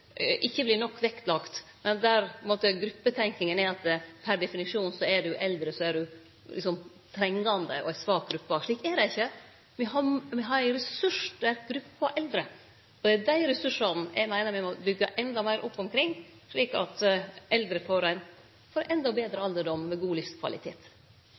gruppetenkinga er at er ein eldre, er ein per definisjon trengande og tilhøyrer ei svak gruppe. Slik er det ikkje. Me har ei ressurssterk gruppe av eldre, og det er dei ressursane eg meiner me må byggje endå meir opp omkring, slik at eldre får ein endå betre alderdom med god livskvalitet.